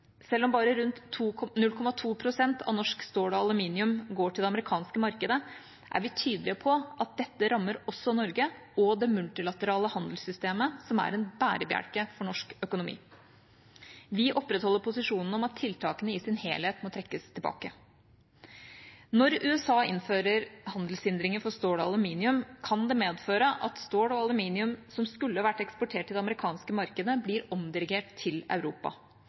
Selv om bare rundt 0,2 pst. av norsk stål og aluminium går til det amerikanske markedet, er vi tydelige på at dette rammer også Norge og det multilaterale handelssystemet, som er en bærebjelke for norsk økonomi. Vi opprettholder posisjonen om at tiltakene i sin helhet må trekkes tilbake. Når USA innfører handelshindringer for stål og aluminium, kan det medføre at stål og aluminium som skulle vært eksportert til det amerikanske markedet, blir omdirigert til Europa.